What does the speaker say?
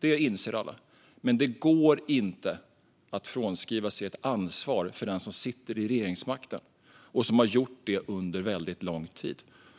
Det inser alla. Men det går inte att frånskriva sig ett ansvar för den som sitter vid regeringsmakten och har gjort det under väldigt lång tid. Man